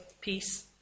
peace